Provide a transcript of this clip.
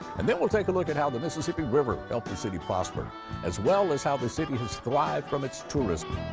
and then we'll take a look at how the mississippi river helped the city prosper as well as how the city has thrived from its tourism.